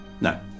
No